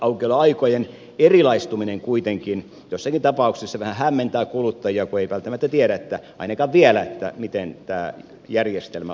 aukioloaikojen erilaistuminen kuitenkin joissakin tapauksissa vähän hämmentää kuluttajia kun ei välttämättä tiedä ainakaan vielä miten tämä järjestelmä oikein toimii